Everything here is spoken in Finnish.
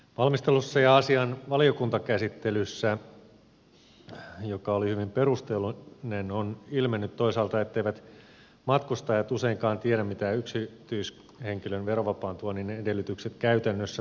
valmistelussa ja asian valiokuntakäsittelyssä joka oli hyvin perusteellinen on ilmennyt toisaalta etteivät matkustajat useinkaan tiedä mitä yksityishenkilön verovapaan tuonnin edellytykset käytännössä tarkoittavat